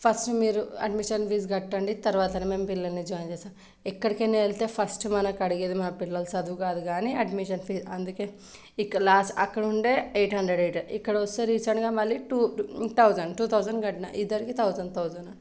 first మీరు admission fee కట్టండి తర్వాతనే మేం పిల్లల్ని జాయిన్ చేస్తాం ఎక్కడికైనా వెళ్తే ఫస్ట్ మనకి అడిగేది మా పిల్లల చదువు కాదు కానీ అడ్మిషన్ ఫీ అందుకే ఇక్కడ లాస్ట్ అక్కడ ఉండే ఎయిట్ హండ్రెడ్ ఎయిట్ హండ్రెడ్ ఇక్కడ వస్తే రీసెంట్గా మళ్ళీ టూ థౌసండ్ టూ థౌసండ్ కట్టిన ఇద్దరికి థౌసండ్ థౌసండ్